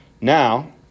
Now